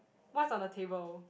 what's on the table